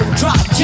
drop